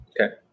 Okay